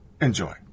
Enjoy